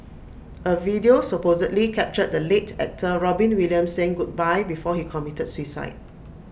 A video supposedly captured the late actor Robin Williams saying goodbye before he committed suicide